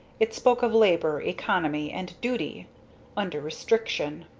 it spoke of labor, economy and duty under restriction.